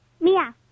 Mia